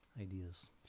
ideas